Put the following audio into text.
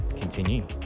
continue